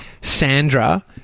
Sandra